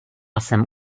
jsem